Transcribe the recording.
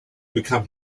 become